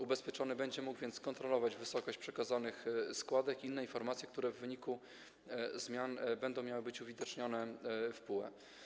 Ubezpieczony będzie mógł więc kontrolować wysokość przekazanych składek i inne informacje, które w wyniku zmian będą miały być uwidocznione w PUE.